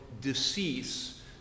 decease